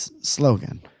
slogan